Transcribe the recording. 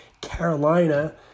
Carolina